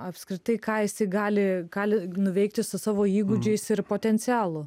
apskritai ką jisai gali gali nuveikti su savo įgūdžiais ir potencialu